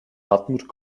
hartmut